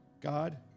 God